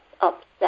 upset